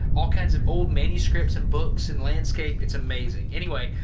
all kinds of old manuscripts and books and landscape, it's amazing. anyway,